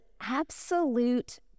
absolute